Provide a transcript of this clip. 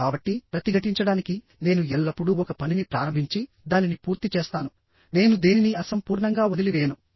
కాబట్టిప్రతిఘటించడానికినేను ఎల్లప్పుడూ ఒక పనిని ప్రారంభించి దానిని పూర్తి చేస్తాను నేను దేనినీ అసంపూర్ణంగా వదిలివేయను